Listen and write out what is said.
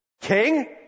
King